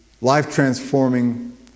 life-transforming